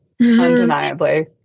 Undeniably